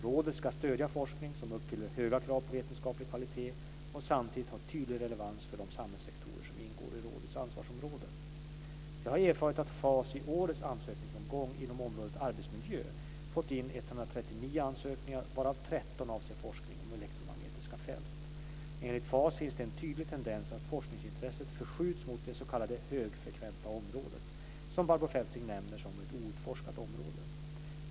Rådet ska stödja forskning som uppfyller höga krav på vetenskaplig kvalitet och samtidigt har tydlig relevans för de samhällssektorer som ingår i rådets ansvarsområde. Jag har erfarit att FAS i årets ansökningsomgång inom området arbetsmiljö fått in 139 ansökningar varav 13 avser forskning om elektromagnetiska fält. Enligt FAS finns det en tydlig tendens att forskningsintresset förskjuts mot det s.k. högfrekventa området, som Barbro Feltzing nämner som ett outforskat område.